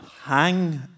Hang